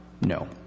No